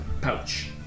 pouch